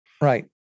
Right